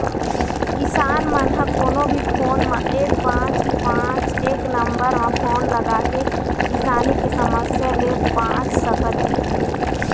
किसान मन ह कोनो भी फोन म एक पाँच पाँच एक नंबर म फोन लगाके किसानी के समस्या ले बाँच सकत हे